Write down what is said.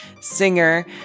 singer